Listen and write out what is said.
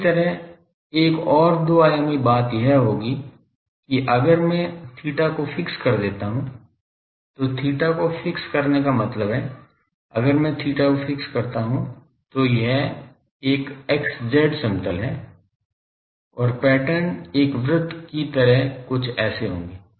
इसी तरह एक ओर दो आयामी बात यह होगी कि अगर मैं theta को फिक्स कर देता हूं तो theta को फिक्स करने का मतलब है अगर मैं theta को फिक्स करता हूं तो यह एक x z समतल है और पैटर्न एक वृत्त की तरह कुछ ऐसे होंगे